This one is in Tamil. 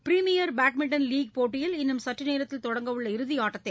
பிரிமீயர் பேட்மிண்டன் லீக் போட்டியில் இன்னும் சற்றுநேரத்தில் தொடங்கவுள்ள இறுதியாட்டத்தில்